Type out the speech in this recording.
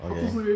okay